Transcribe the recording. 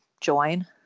join